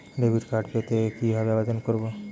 Debit card পেতে কি ভাবে আবেদন করব?